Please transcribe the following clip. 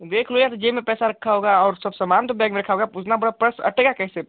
देख लो या तो जेब में पैसा रखा होगा और सब समान तो बैग में रखा होगा इतना बड़ा पर्स अटेगा कैसे